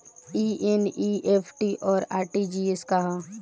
ई एन.ई.एफ.टी और आर.टी.जी.एस का ह?